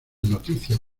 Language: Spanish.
noticia